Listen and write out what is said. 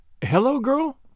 Hello-girl